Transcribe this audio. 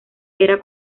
era